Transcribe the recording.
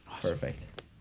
Perfect